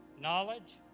knowledge